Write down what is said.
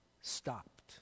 stopped